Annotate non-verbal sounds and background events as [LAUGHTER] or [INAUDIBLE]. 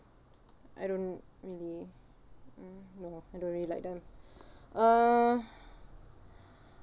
I don't really mm no I don't really like them [BREATH] uh